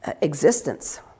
existence